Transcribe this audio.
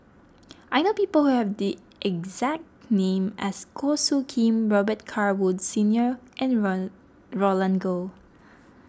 I know people who have the exact name as Goh Soo Khim Robet Carr Woods Senior and Roland Goh